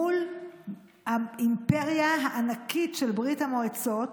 מול האימפריה הענקית של ברית המועצות